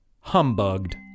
humbugged